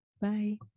Bye